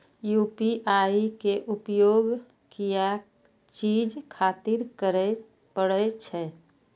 UPI के उपयोग किया चीज खातिर करें परे छे?